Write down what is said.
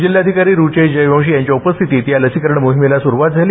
जिल्हाधिकारी रुचेश जयवंशी यांच्या उपस्थितीत या लसीकरण मोहिमेला सुरवात झाली